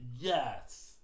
Yes